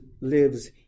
lives